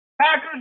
Packers